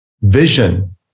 vision